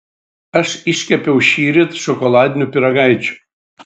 aš iškepiau šįryt šokoladinių pyragaičių